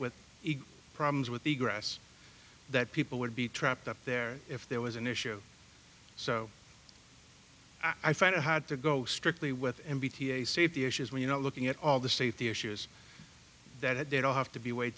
with problems with the grass that people would be trapped up there if there was an issue so i find it hard to go strictly with m b t a safety issues when you know looking at all the safety issues that they don't have to be w